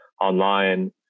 online